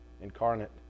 incarnate